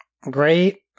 great